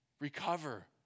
Recover